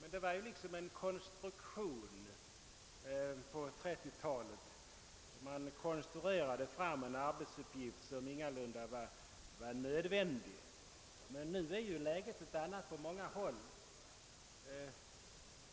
Men det tillkom som en konstruktion på 1930-talet då man skaffade fram arbetsuppgifter som den gången ingalunda var nödvändiga. Men nu är läget i många avseenden ett annat.